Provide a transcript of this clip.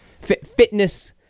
fitness